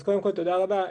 קודם כל תודה רבה.